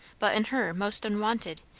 but in her most unwonted,